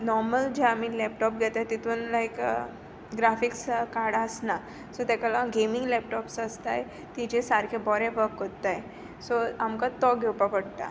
normal जे आमी laptop घेता तेतून लायक ग्राफिक्सां कार्ड आस्ना सो ताका लागून गेमींग लॅपटॉप्स आसताय तिजे सारके बरे वर्क कोत्ताय सो आमकां तो घेवपा पडटा